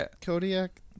Kodiak